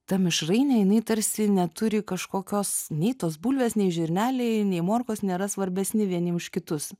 ta mišrainė jinai tarsi neturi kažkokios nei tos bulvės nei žirneliai nei morkos nėra svarbesni vieni už kitus